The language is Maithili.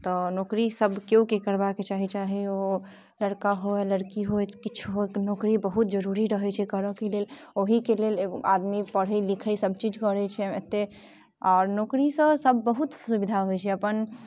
तऽ नौकरी सभ केओ के करबाक चाही चाहे ओ लड़का हो या लड़की होइ किछु होइ नौकरी बहुत जरूरी रहै छै करऽ के लेल ओहि के लेल आदमी पढ़ै लिखै सभचीज करै छै एते आ नौकरी सँ सभ बहुत सुबिधा होइ छै अपन